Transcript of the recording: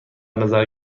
نظر